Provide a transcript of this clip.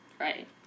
Right